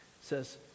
says